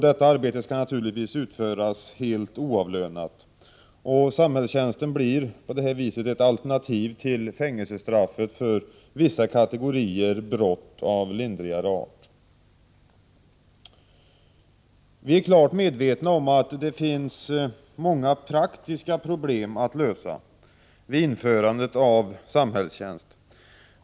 Detta arbete skall naturligtvis utföras helt oavlönat. Samhällstjänsten blir ett alternativ till fängelsestraffet för vissa kategorier brott av lindrigare art. Vi är klart medvetna om att det finns många praktiska problem att lösa vid införandet av samhällstjänst.